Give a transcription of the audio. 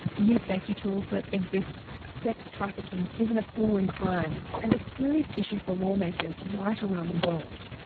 use safety tools that exist. sex trafficking is an appalling crime and a serious issue for lawmakers right around the world.